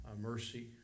Mercy